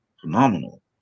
phenomenal